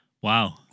Wow